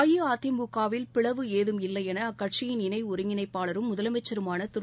அஇஅதிமுகவில் பிளவு எதும் இல்லை என அக்கட்சியின் இணை ஒருங்கிணைப்பாளரும் முதலமைச்சருமான திரு